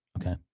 okay